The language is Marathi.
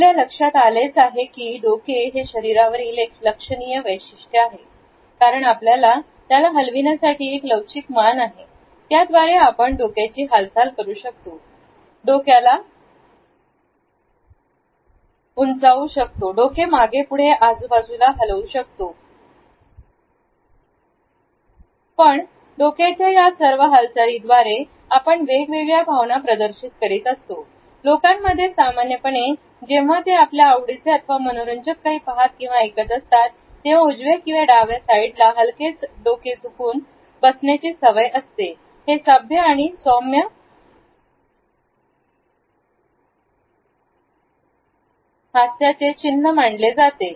आपल्या लक्षात आलेच आहे की डोके हे शरीरावरील एक लक्षणीय वैशिष्ट्य आहे कारण आपल्याला त्याला हलविण्यासाठी एक लवचिक मान आहे त्याद्वारे आपण डोक्याची हालचाल करू शकतो डोक्याला बनवू शकतो आपले डोके मागेपुढे आजूबाजूला हलवू शकतो चुकू शकतो पण डोक्यांच्या या सर्व हालचाली द्वारे आपण वेगवेगळ्या भावना प्रदर्शित करीत असतो लोकांमध्ये सामान्यपणे जेव्हा ते आपल्या आवडीचे अथवा मनोरंजक काही पाहत किंवा ऐकत असतात तेव्हा उजव्या किंवा डाव्या साईडला हलकेच डोके झुकून बसण्याची सवय असते हे सभ्य आणि सौम्य स्वा रस्याचे चिन्ह मानले जाते